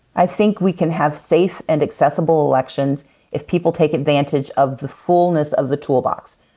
i think we can have safe and accessible elections if people take advantage of the fullness of the toolbox.